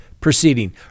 proceeding